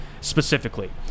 specifically